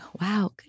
Wow